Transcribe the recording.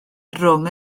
rhwng